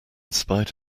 spite